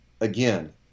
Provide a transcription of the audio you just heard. again